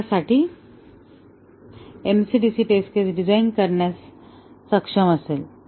यासाठी MCDC test cases design करण्यास सक्षम असेल